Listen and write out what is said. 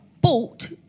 bought